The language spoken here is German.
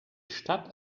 stadt